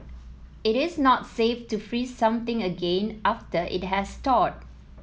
it is not safe to freeze something again after it has thawed